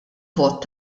vot